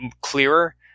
clearer